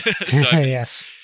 Yes